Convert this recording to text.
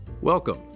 Welcome